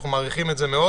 אנחנו מעריכים את זה מאוד.